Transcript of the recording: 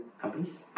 companies